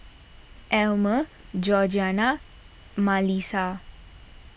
Elmer Georgiana and Malissa